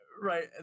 Right